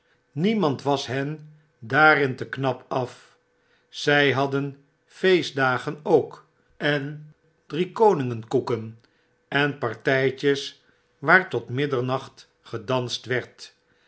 niemand was hen daarin te knap af zy hadden feestdagen ook en driekoningen koeken en partytjes waar tot middernacht gedanst werd